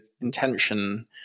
intention